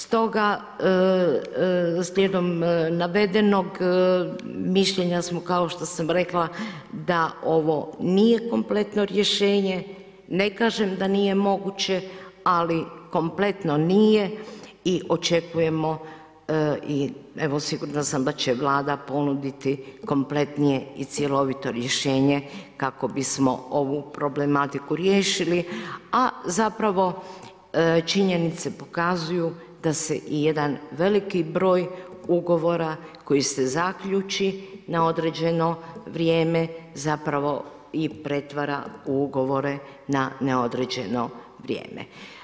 Stoga, slijedom navedenog, mišljenja smo, kao što sam rekla, da ovo nije kompletno rješenje, ne kažem da nije moguće, ali kompletno nije i očekujemo i sigurna sam da će Vlada ponuditi kompletnije i cjelovito rješenje kako bismo ovu problematiku riješili, a zapravo činjenice pokazuju da se i jedan veliki broj ugovora, koji se zaključi na određeno vrijeme zapravo i pretvara u ugovore na neodređeno vrijeme.